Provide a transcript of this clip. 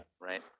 right